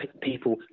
people